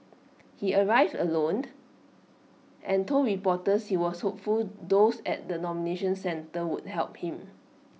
he arrived alone and told reporters he was hopeful those at the nomination centre would help him